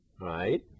right